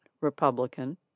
Republican